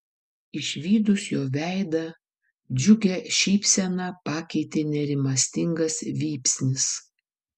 išvydus jo veidą džiugią šypseną pakeitė nerimastingas vypsnis